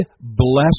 blessed